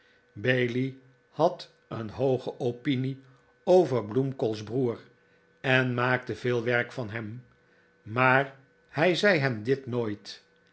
bailey had een hooge opinie over bloemkool's broer en maakte veel werk van hem maar hij zei hem dit nooit